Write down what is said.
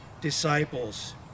disciples